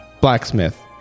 Blacksmith